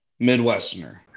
Midwesterner